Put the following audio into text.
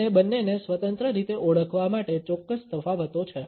અને બંનેને સ્વતંત્ર રીતે ઓળખવા માટે ચોક્કસ તફાવતો છે